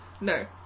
No